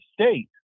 state